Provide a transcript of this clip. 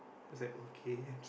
is like okay